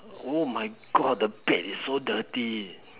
oh my god the bed is so dirty